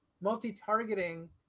multi-targeting